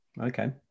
Okay